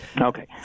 Okay